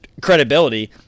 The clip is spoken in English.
credibility